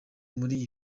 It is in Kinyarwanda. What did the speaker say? muri